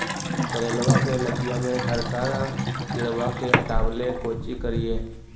करेलबा के लतिया में हरका किड़बा के हटाबेला कोची करिए?